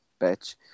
bitch